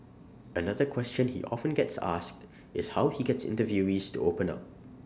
another question he often gets asked is how he gets interviewees to open up